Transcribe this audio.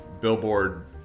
Billboard